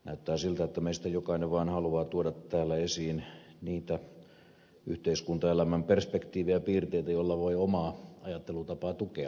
näyttää siltä että meistä jokainen vaan haluaa tuoda täällä esiin niitä yhteiskuntaelämän perspektiivejä piirteitä joilla voi omaa ajattelutapaa tukea